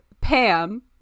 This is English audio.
pam